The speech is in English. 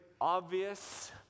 obvious